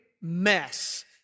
mess